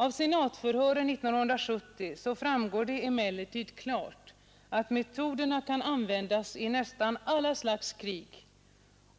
Av senatsförhören 1970 framgår emellertid klart att metoderna kan användas i nästan alla slags krig.